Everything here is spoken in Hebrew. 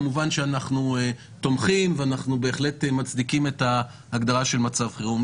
כמובן שאנחנו תומכים ואנחנו בהחלט מצדיקים את ההגדרה של מצב חירום.